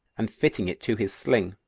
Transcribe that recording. and fitting it to his sling,